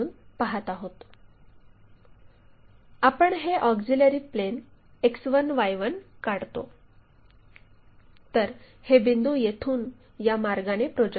आपण हे auxiliary plane X1 Y1 काढतो तर हे बिंदू येथून या मार्गाने प्रोजेक्ट करा